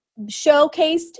showcased